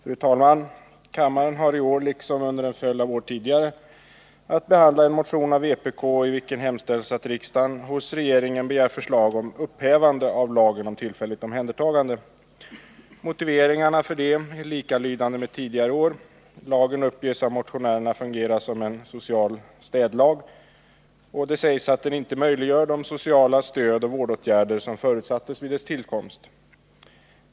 Fru talman! Kammaren har i år liksom under en följd av år att behandla en motion från vpk, i vilken hemställs att riksdagen hos regeringen begär förslag om upphävande av lagen om tillfälligt omhändertagande. Motiveringarna härför är likalydande med motiveringarna från tidigare år. Lagen uppges av motionärerna fungera som en social ”städlag”. Det sägs att den inte möjliggör de sociala stödoch vårdåtgärder som förutsattes vid dess tillkomst.